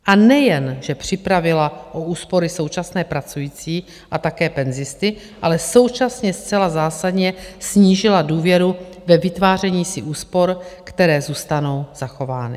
A nejenže připravila o úspory současné pracující a také penzisty, ale současně zcela zásadně snížila důvěru ve vytváření si úspor, které zůstanou zachovány.